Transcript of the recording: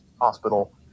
Hospital